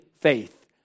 faith